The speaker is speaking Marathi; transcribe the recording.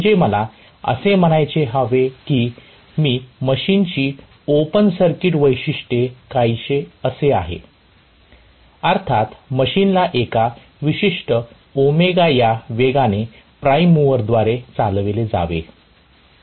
म्हणजे मला असे म्हणायला हवे की मी मशीनची ओपन सर्किट वैशिष्ट्ये काहीसे असे आहे अर्थात मशीनला एका विशिष्ट ω या वेगाने प्राइम मूवरद्वारे चालविले जावे